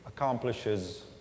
accomplishes